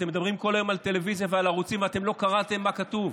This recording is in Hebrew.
אתם מדברים כל היום על טלוויזיה ועל ערוצים ואתם לא קראתם מה כתוב.